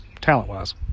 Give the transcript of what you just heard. talent-wise